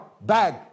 bag